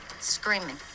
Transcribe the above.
screaming